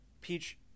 Peach